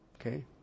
Okay